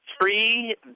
three